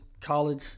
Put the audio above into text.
college